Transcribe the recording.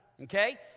okay